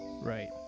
Right